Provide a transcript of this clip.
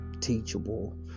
teachable